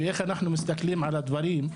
ואיך אנחנו מסתכלים על הדברים,